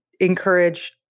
encourage